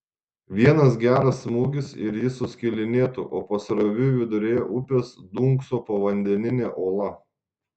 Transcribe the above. vienas geras smūgis ir jis suskilinėtų o pasroviui viduryje upės dunkso povandeninė uola